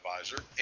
advisor